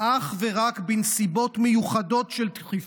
אך ורק בנסיבות מיוחדות של דחיפות,